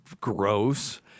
gross